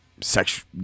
sex